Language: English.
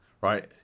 right